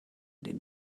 den